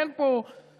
אין פה הפקרות.